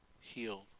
healed